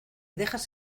dejas